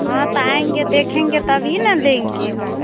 हाँ तो आएँगे देखेंगे तब ही ना लेंगे हम